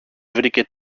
βρήκε